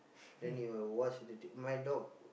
then he will watch my dog